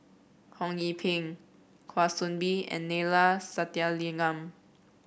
Ho Yee Ping Kwa Soon Bee and Neila Sathyalingam